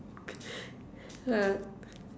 uh